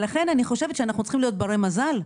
לכן אני חושבת שאנחנו צריכים להיות ברי מזל,